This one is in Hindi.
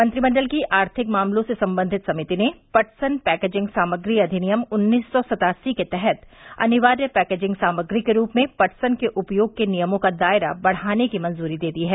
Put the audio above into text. मंत्रिमंडल की आर्थिक मामलों से संबंधित समिति ने पटसन पैकेजिंग सामग्री अधिनियम उन्नीस सौ सत्तासी के तहत अनिवार्य पैकेजिंग सामग्री के रूप में पटसन के उपयोग के नियमों का दायरा बढ़ाने की मंजूरी दे दी है